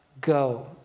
go